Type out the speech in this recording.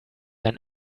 ein